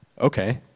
Okay